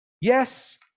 yes